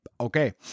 okay